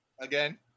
Again